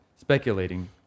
speculating